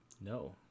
no